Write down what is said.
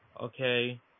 Okay